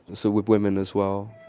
so with women as well